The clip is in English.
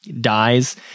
dies